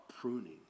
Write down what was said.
pruning